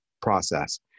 process